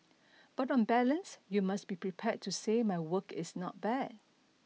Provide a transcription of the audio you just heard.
but on balance you must be prepared to say my work is not bad